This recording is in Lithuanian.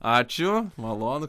ačiū malonu